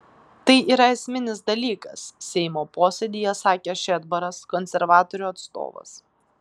tai yra esminis dalykas seimo posėdyje sakė šedbaras konservatorių atstovas